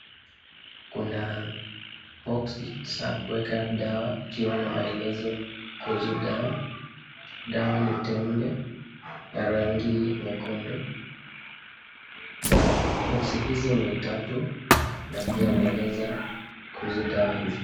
Kuna boxi za kueka dawa ikiwa na maelezo kuhusu dawa, dawa ni tembe ya rangi nyekundu. boxi hizi ni tatu pia inaeleza kuhusu dawa hizi.